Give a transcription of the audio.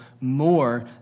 more